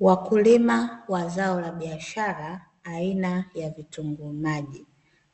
Wakulima wa zao la biashara aina ya vitunguu maji,